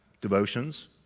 devotions